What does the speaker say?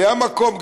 היה מקום,